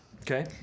Okay